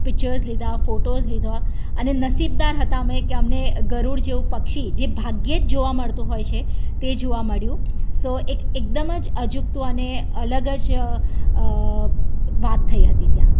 pictures લીધા photos લીધા અને નસીબદાર હતા અમે કે અમને ગરુડ જેવું પક્ષી જે ભાગ્યે જ જોવા મળતું હોય છે તે જોવા મળ્યું સો એક એકદમ જ અજુકતું અને અલગ જ વાત થઈ હતી ત્યાં